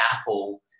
Apple